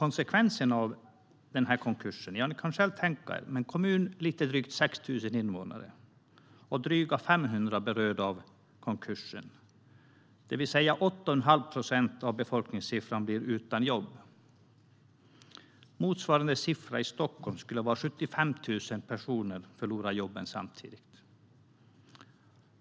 Ni kan själva tänka er konsekvenserna av denna konkurs i en kommun med lite drygt 6 000 innevånare där drygt 500 var berörda av konkursen. 8 1⁄2 procent av befolkningen blir utan jobb. Motsvarande siffra i Stockholm skulle vara att 75 000 personer förlorade jobben samtidigt.